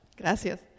Gracias